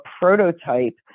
prototype